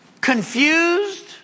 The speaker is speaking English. Confused